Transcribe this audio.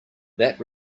that